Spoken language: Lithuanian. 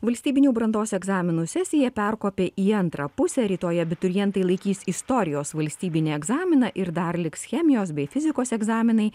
valstybinių brandos egzaminų sesija perkopė į antrą pusę rytoj abiturientai laikys istorijos valstybinį egzaminą ir dar liks chemijos bei fizikos egzaminai